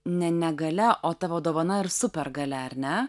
ne negalia o tavo dovana ir supergalia ar ne